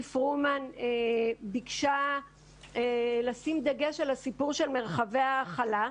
פרומן ביקשה לשים דגש על מרחבי ההכלה,